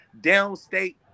downstate